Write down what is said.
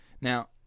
Now